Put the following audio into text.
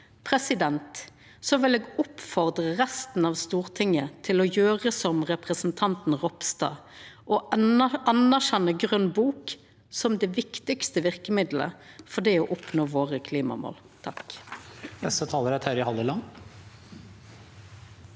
det. Så vil eg oppfordra resten av Stortinget til å gjera som representanten Ropstad og anerkjenna Grøn bok som det viktigaste verkemiddelet for å oppnå klimamåla